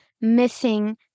missing